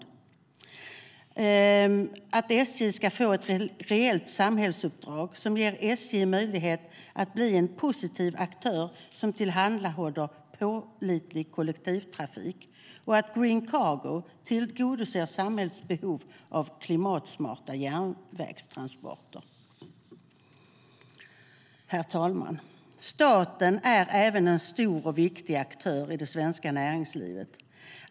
Jag önskar att SJ ska få ett reellt samhällsuppdrag som ger SJ möjlighet att bli en positiv aktör som tillhandahåller pålitlig kollektivtrafik och att Green Cargo tillgodoser samhällets behov av klimatsmarta järnvägstransporter. Staten är även en stor och viktig aktör i det svenska näringslivet.